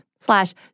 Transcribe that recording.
Slash